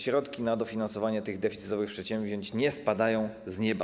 Środki na dofinansowanie tych deficytowych przedsięwzięć nie spadają z nieba.